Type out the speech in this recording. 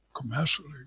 commercially